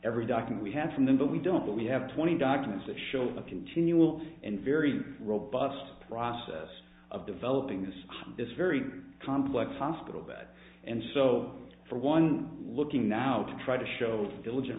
docking we had from them but we don't we have twenty documents that show the continual and very robust process of developing this this very complex hospital bed and so for one looking now to try to show diligent